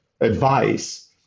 advice